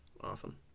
awesome